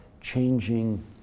changing